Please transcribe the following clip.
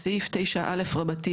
בסעיף 9א(4),